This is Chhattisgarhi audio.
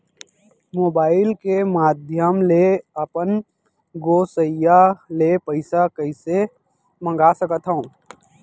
मोबाइल के माधयम ले अपन गोसैय्या ले पइसा कइसे मंगा सकथव?